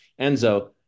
enzo